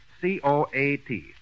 C-O-A-T